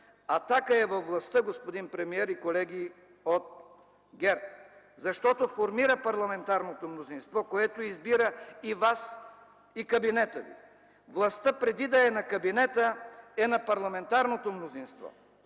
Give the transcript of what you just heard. „Атака” е във властта, господин премиер и колеги от ГЕРБ, защото формира парламентарното мнозинство, което избира и вас, и кабинета ви! Властта, преди да е на кабинета, е на парламентарното мнозинство,